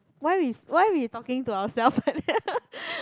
why we why we talking to ourself